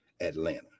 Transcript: Atlanta